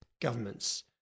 governments